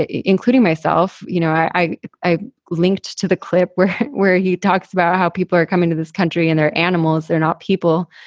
ah including myself. you know, i i linked to the clip where where he talks about how people are coming to this country and they're animals. they're not people,